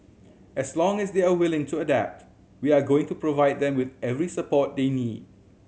as long as they are willing to adapt we are going to provide them with every support they need